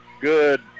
Good